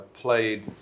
played